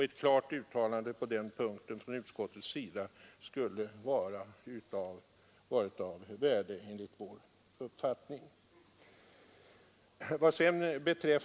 Ett klart uttalande på den punkten från utskottets sida skulle enligt vår mening ha varit av värde.